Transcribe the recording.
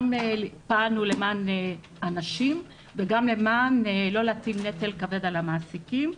גם פעלנו למען הנשים וגם לא פעלנו לא להטיל נזק כבד על המעסיקים.